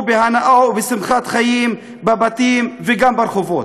בהנאה ובשמחת חיים בבתים וגם ברחובות.